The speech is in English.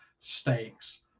stakes